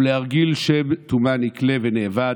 ולהרגיל שם טומאה נקלה ונאבד.